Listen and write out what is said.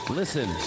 listen